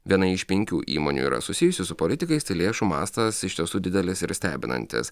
viena iš penkių įmonių yra susijusi su politikais tai lėšų mastas iš tiesų didelis ir stebinantis